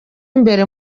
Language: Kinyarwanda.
imbere